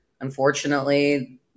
Unfortunately